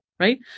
Right